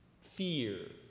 fear